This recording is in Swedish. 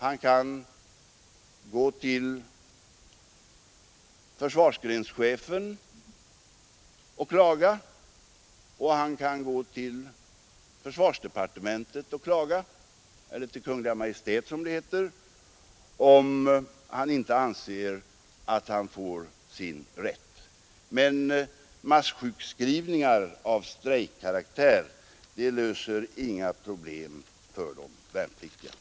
Han kan gå till försvarsgrenschefen och klaga, och han kan klaga hos försvarsdepartementet — Kungl. Maj:t, som det heter — om han inte anser att han får sin rätt. Men massjukskrivningar av strejkkaraktär löser inga problem för de värnpliktiga.